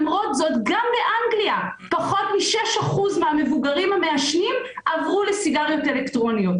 באנגליה פחות מ-6% מהמבוגרים המעשנים עברו לסיגריות אלקטרוניות.